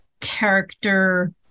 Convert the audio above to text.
character